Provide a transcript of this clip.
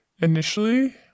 Initially